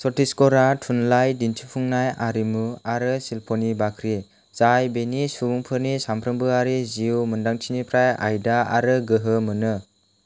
छत्तीसगढ़ा थुनलाइ दिन्थिफुंनाय आरिमु आरो सिल्प'नि बाख्रि जाय बेनि सुबुंफोरनि सामफ्रोमबोआरि जिउ मोनदांथिनिफ्राय आयदा आरो गोहो मोनो